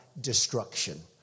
Destruction